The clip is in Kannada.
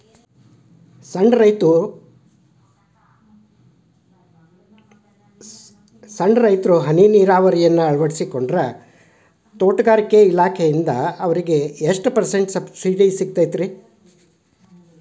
ಸಣ್ಣ ರೈತರು ಹನಿ ನೇರಾವರಿಯನ್ನ ಅಳವಡಿಸಿಕೊಂಡರೆ ತೋಟಗಾರಿಕೆ ಇಲಾಖೆಯಿಂದ ಅವರಿಗೆ ಎಷ್ಟು ಪರ್ಸೆಂಟ್ ಸಬ್ಸಿಡಿ ಸಿಗುತ್ತೈತರೇ?